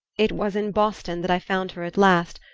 it was in boston that i found her at last,